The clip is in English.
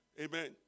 Amen